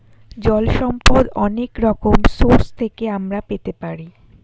জল সম্পদ অনেক রকম সোর্স থেকে আমরা পেতে পারি